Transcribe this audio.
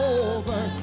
over